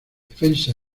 defensa